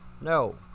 No